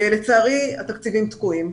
לצערי התקציבים תקועים.